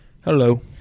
Hello